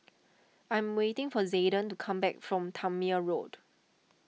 I'm waiting for Zayden to come back from Tangmere Road